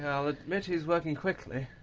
i'll admit he's working quickly.